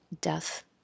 death